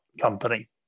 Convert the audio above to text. company